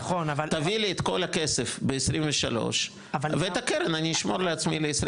תביא לי את כל הכסף ב-23 ואת הקרן אני אשמור לעצמי ל-24,